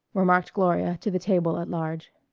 remarked gloria to the table at large.